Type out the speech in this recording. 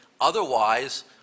otherwise